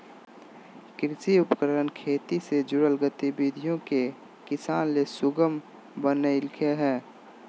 कृषि उपकरण खेती से जुड़ल गतिविधि के किसान ले सुगम बनइलके हें